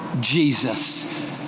Jesus